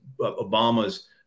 Obama's